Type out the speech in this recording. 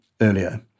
earlier